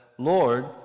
Lord